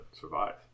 survive